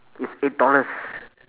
it's eight dollars